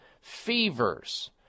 fevers